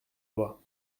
loi